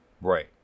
Right